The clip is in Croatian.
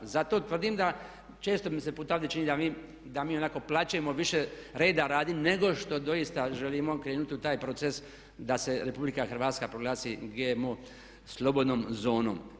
Zato tvrdim da, često mi se puta ovdje čini da mi ovako plačemo više reda radi nego što doista želimo krenuti u taj proces da se RH proglasi GMO slobodnom zonom.